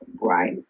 Right